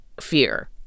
fear